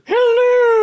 Hello